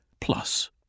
plus